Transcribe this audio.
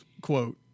quote